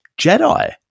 Jedi